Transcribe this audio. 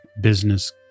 business